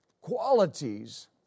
qualities